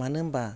मानो होम्बा